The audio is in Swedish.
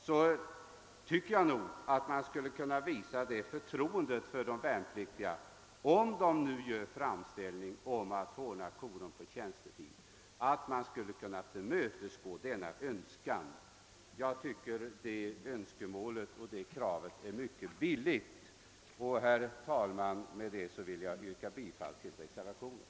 Jag tycker nog, att vi borde kunna visa det förtroendet för de värnpliktiga att, om de gör framställning om att få ordna korum på tjänstetid, tillmötesgå denna önskan. Jag tycker att detta önskemål och detta krav är billigt. Herr talman! Med det anförda vill jag yrka bifall till reservationen I.